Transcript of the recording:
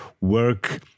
work